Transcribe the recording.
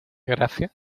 gracia